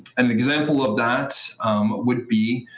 an example of that would be